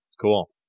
Cool